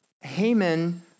Haman